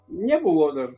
nebuvo dar